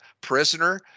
prisoner